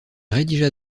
rédigea